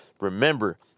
Remember